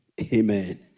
Amen